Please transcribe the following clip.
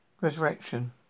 resurrection